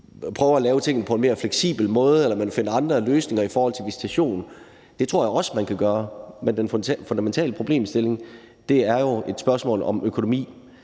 prøver at gøre tingene på en mere fleksibel måde eller man finder andre løsninger i forhold til visitation. Det tror jeg også at man kan gøre. Men den fundamentale problemstilling er jo et spørgsmål om økonomi,